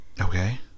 Okay